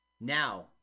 Now